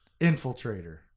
Infiltrator